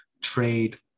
trade